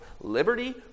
liberty